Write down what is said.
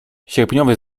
sierpniowy